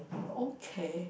okay